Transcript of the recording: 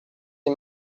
des